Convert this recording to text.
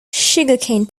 sugarcane